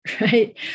Right